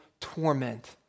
torment